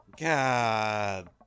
God